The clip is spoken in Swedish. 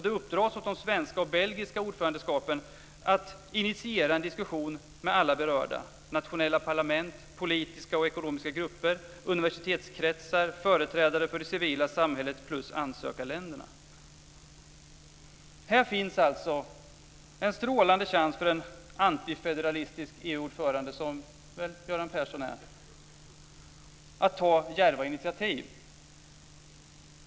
Det uppdras åt de svenska och belgiska ordförandeskapen att initiera en diskussion med alla berörda - nationella parlament, politiska och ekonomiska grupper, universitetskretsar, företrädare för det civila samhället och ansökarländerna. Här finns en strålande chans för en antifederalistisk EU-ordförande, som väl Göran Persson är, att ta djärva initiativ.